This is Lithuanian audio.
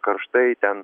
karštai ten